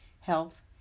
health